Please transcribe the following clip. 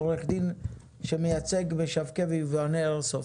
עורך דין שמייצג משווקי ויבואני איירסופט.